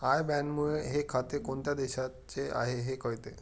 I बॅनमुळे हे खाते कोणत्या देशाचे आहे हे कळते